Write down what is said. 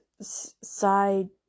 side